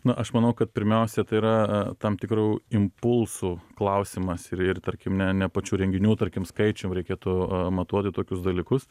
na aš manau kad pirmiausia tai yra a tam tikrų impulsų klausimas ir ir tarkim ne ne pačių renginių tarkim skaičium reikėtų matuoti tokius dalykus